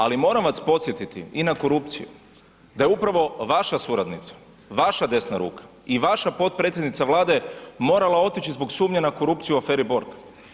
Ali moram vas podsjetiti i na korupciju, da je upravo vaša suradnica, vaša desna ruka i vaša potpredsjednica Vlade morala otići zbog sumnje na korupciju u aferi Borg.